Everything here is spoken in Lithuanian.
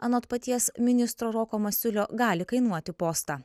anot paties ministro roko masiulio gali kainuoti postą